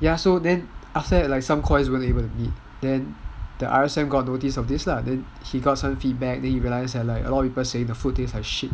then after that some coys wont even meet then the R_S_M got notice of this lah then he got some feedback then a lot of people say the food taste like shit